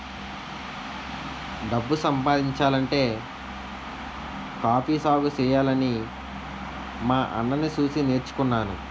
డబ్బు సంపాదించాలంటే కాఫీ సాగుసెయ్యాలని మా అన్నని సూసి నేర్చుకున్నాను